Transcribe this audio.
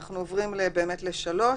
לכן אנחנו עוברים לסעיף 3,